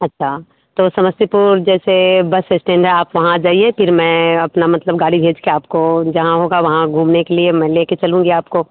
अच्छा तो समस्तीपुर जैसे बस इस्टैंड है आप वहाँ आ जाइए फिर मैं अपनी मतलब गाड़ी भेज के आपको जहाँ होगा वहाँ घूमने के लिए मैं लेकर चलूँगी आपको